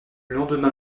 lendemain